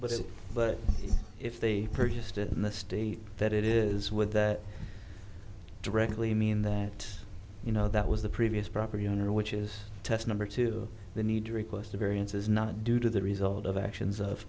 was but if they purchased it in the state that it is with that directly mean that you know that was the previous property owner which is test number two the need to request a variance is not due to the result of actions of